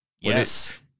Yes